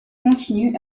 continue